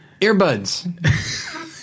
Earbuds